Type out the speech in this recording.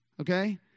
okay